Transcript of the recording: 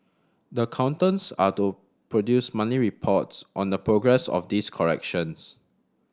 the accountants are to produce monthly reports on the progress of these corrections